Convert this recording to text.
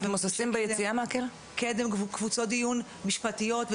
קבוצות דיון משפטיות,